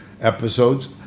episodes